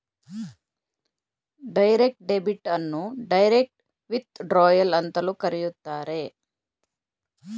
direct debit ಅನ್ನು direct withdrawal ಅಂತಲೂ ಕರೆಯುತ್ತಾರೆ